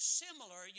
similar